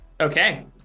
Okay